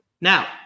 Now